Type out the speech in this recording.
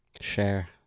share